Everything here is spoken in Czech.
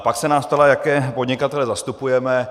Pak se nás ptala, jaké podnikatele zastupujeme.